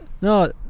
No